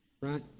Right